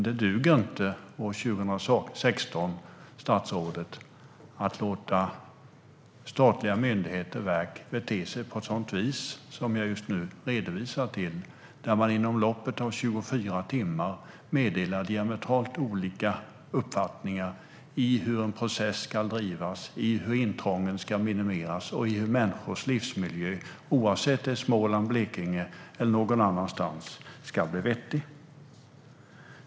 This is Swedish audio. Det duger inte att år 2016 låta statliga myndigheter och verk bete sig på ett sådant vis som jag nyss redogjorde för. Inom loppet av 24 timmar meddelades diametralt olika uppfattningar om hur en process ska drivas, hur intrången ska minimeras och hur människors livsmiljö - oavsett om det är i Småland, Blekinge eller någon annanstans - ska bli vettig.